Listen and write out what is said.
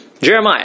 Jeremiah